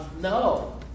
No